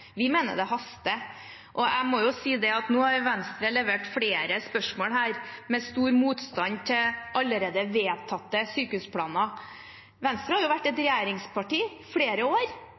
Vi mener det haster. Jeg må si at nå har Venstre levert flere spørsmål her med stor motstand mot allerede vedtatte sykehusplaner. Venstre har vært et regjeringsparti i flere år.